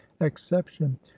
exception